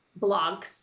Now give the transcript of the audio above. blogs